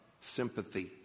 sympathy